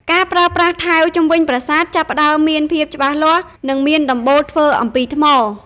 ការប្រើប្រាស់ថែវជុំវិញប្រាសាទចាប់ផ្តើមមានភាពច្បាស់លាស់ និងមានដំបូលធ្វើអំពីថ្ម។